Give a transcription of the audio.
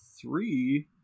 three